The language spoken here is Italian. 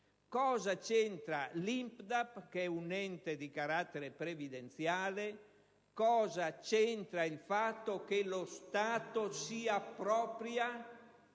Cosa c'entra l'INPDAP, che è un ente di carattere previdenziale, ed il fatto che lo Stato si appropri